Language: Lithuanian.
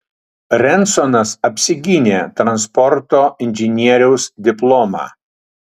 rensonas apsigynė transporto inžinieriaus diplomą